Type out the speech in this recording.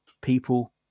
people